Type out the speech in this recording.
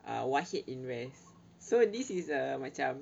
uh wahed invest so this is a macam